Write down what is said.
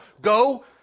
go